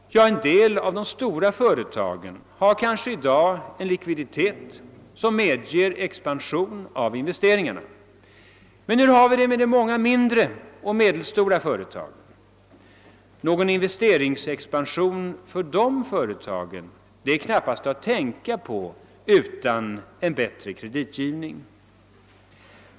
En del av de stora företagen har vil i dag en likviditet som medger en expansion av investeringarna, men hur är det med de många mindre och medelstora företagen? Någon investeringsexpansion för dessa företag kan knappast tänkas utan en förbättrad kreditgivning.